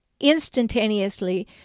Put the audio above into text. Instantaneously